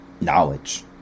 knowledge